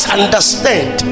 understand